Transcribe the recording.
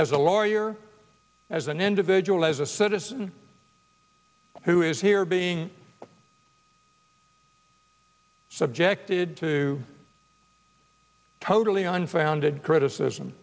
as a lawyer as an individual as a citizen who is here being subjected to totally unfounded criticism